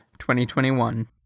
2021